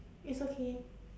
it's okay